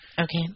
Okay